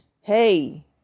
hey